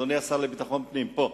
אדוני השר לביטחון פנים, פה,